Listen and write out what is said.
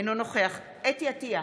אינו נוכח חוה אתי עטייה,